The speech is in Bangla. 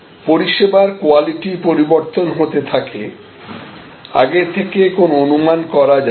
পরিষেবার কোয়ালিটি পরিবর্তন হতে থাকে আগে থেকে কোন অনুমান করা যায় না